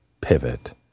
pivot